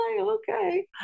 okay